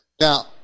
Now